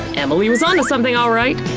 emily was onto something alright.